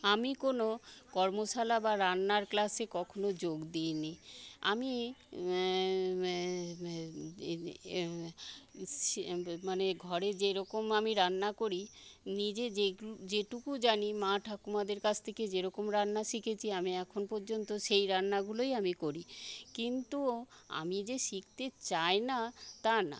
আমি কোন কর্মশালা বা রান্নার ক্লাসে কখনও যোগ দিইনি আমি মানে ঘরে যেরকম আমি রান্না করি নিজে যে যেটুকু জানি মা ঠাকুমাদের কাছ থেকে যেরকম রান্না শিখেছি আমি এখন পর্যন্ত সেই রান্নাগুলোই আমি করি কিন্তু আমি যে শিখতে চাইনা তা না